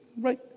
right